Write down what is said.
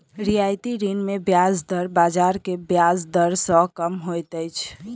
रियायती ऋण मे ब्याज दर बाजार के ब्याज दर सॅ कम होइत अछि